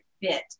fit